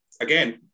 again